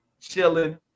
chilling